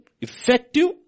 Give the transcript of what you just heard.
effective